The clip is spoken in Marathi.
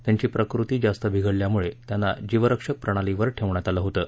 त्यांची प्रकृती जास्त बिघडल्यामुळे त्यांना जीवरक्षक प्रणालीवर ठेवण्यात आलं होतं